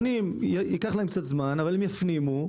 צריך להיות קבוע.